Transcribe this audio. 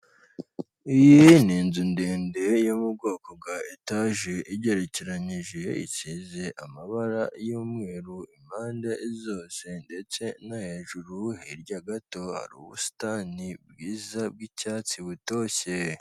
Iyi ni inzu ndende yo mu bwoko bwa etaje igerekeranyije isize amabara y'umweru impande zose ndetse no hejuru hirya gato hari ubusitani bwiza bw'icyatsi butoshye.